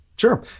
Sure